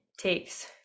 takes